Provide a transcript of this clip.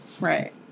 Right